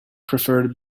preferred